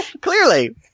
Clearly